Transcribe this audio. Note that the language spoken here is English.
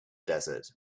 desert